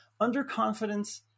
underconfidence